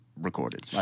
recorded